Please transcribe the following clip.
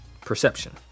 perception